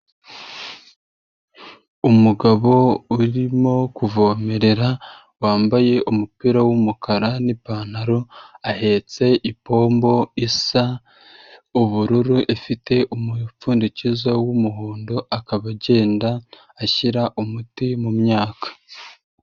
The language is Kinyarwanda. Umugabo urimo kuvomerera wambaye umupira w'umukara n'ipantaro ,ahetse ipombo isa ubururu ifite umupfundikizo wumuhondo, akaba agenda ashyira umuti mu myaka.